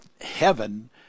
heaven